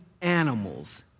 animals